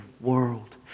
world